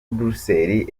brussels